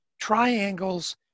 triangles